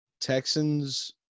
Texans